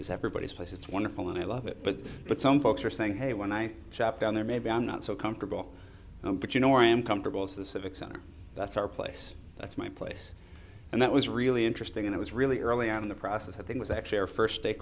is everybody's place it's wonderful and i love it but but some folks are saying hey when i shop down there maybe i'm not so comfortable but you know i am comfortable it's the civic center that's our place that's my place and that was really interesting and it was really early on in the process i think was actually our first